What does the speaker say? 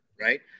right